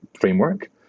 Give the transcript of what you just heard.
framework